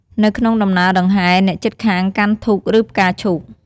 នៅក្នុងដំណើរដង្ហែ អ្នកជិតខាងកាន់ធូក ឬផ្កាឈូក។